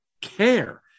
care